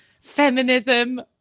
feminism